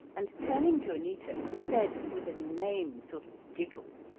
and, turning to anita, said with an inane sort of giggle,